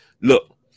look